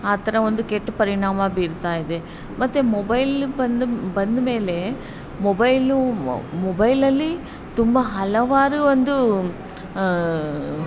ಆ ಥರ ಒಂದು ಕೆಟ್ಟ ಪರಿಣಾಮ ಬೀರ್ತಾಯಿದೆ ಮತ್ತೆ ಮೊಬೈಲ್ ಬಂದು ಬಂದಮೇಲೆ ಮೊಬೈಲು ಮೊಬೈಲಲ್ಲಿ ತುಂಬ ಹಲವಾರು ಒಂದೂ